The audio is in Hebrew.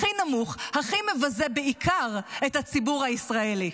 הכי נמוך, הכי מבזה בעיקר את הציבור הישראלי.